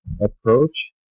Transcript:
approach